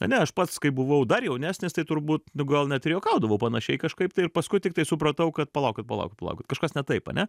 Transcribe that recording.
ane aš pats kai buvau dar jaunesnis tai turbūt nu gal net ir juokaudavau panašiai kažkaip tai ir paskui tiktais supratau kad palaukit palaukit palaukit kažkas ne taip ane